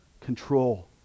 control